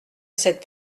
cette